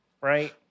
Right